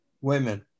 women